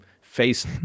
face